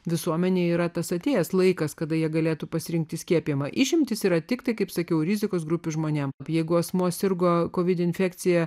visuomenė yra tas atėjęs laikas kada jie galėtų pasirinkti skiepijimą išimtys yra tiktai kaip sakiau rizikos grupių žmonėms jeigu asmuo sirgo koviniu infekcija